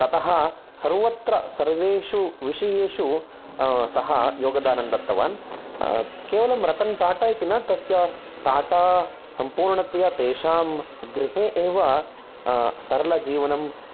ततः सर्वत्र सर्वेषु विषयेषु सः योगदानं दत्तवान् केवलम् रतन् टाटा इति न तस्य टाटा सम्पूर्णतया तेषां गृहे एव सरल जीवनं